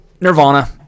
nirvana